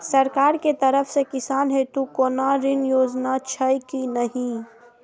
सरकार के तरफ से किसान हेतू कोना ऋण योजना छै कि नहिं?